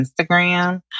Instagram